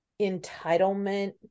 entitlement